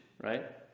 right